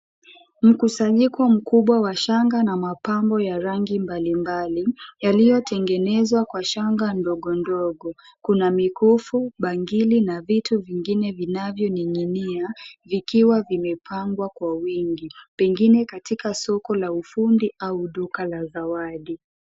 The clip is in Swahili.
Mkusanyiko mkubwa wa shanga na mapambo ya rangi mbalimbali, yaliyotengenezwa kwa shanga ndogo ndogo. Kuna mikufu, bangili na vitu vingine vinavyo ning'inia, vikiwa vimepangwa kwa wingi. Pengine katika soko la ufundi au duka la zawadi.